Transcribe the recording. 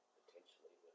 potentially